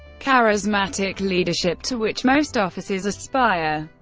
charismatic leadership to which most officers aspire.